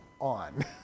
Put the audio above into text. on